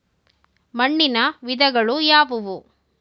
ಮಣ್ಣಿನ ವಿಧಗಳು ಯಾವುವು?